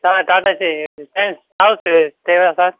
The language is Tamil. சார் நான் டாடா ஏசி சார் ட்ராவல்ஸு டிரைவரா சார்